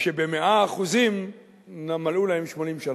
שב-100 אחוזים מלאו להם 80 שנה.